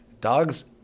Dogs